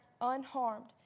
unharmed